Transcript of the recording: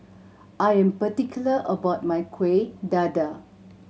I am particular about my Kueh Dadar